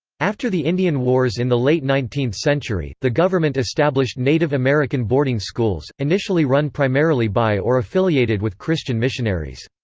after the indian wars in the late nineteenth century, the government established native american boarding schools, initially run primarily by or affiliated with christian missionaries.